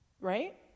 right